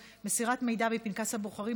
מין לסביבת נפגע העבירה (תיקון מס' 8),